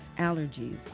allergies